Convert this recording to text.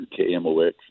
KMOX